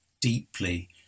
deeply